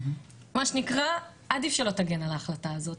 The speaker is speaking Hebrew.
מה שנקרא - עדיף שלא תגן על ההחלטה הזאת.